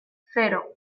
cero